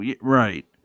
right